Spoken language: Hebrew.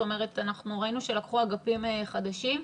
ראינו שלקחו אגפים חדשים.